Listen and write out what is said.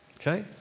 okay